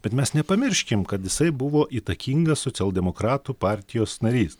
bet mes nepamirškim kad jisai buvo įtakingas socialdemokratų partijos narys